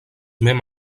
même